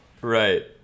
Right